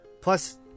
Plus